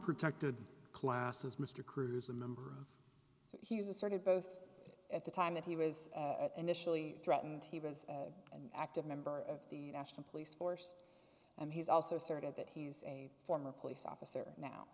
protected classes mr cruz a member he's asserted both at the time that he was at initially threatened he was an active member of the national police force and he's also started that he's a former police officer now